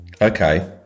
Okay